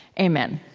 amen.